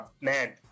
Man